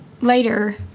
later